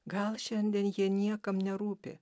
gal šiandien jie niekam nerūpi